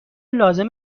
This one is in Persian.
لازم